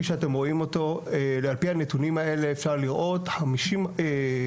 שאתם רואים על פי הנתונים האלה אפשר לראות יותר מ-50%